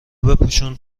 بپوشون